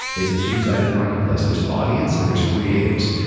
it's a two-sided marketplace. there's audience and there's creators,